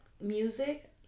music